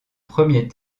premier